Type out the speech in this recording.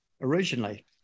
originally